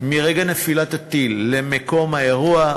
מרגע נפילת הטיל למקום האירוע,